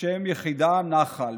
שם יחידה, נח"ל.